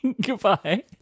Goodbye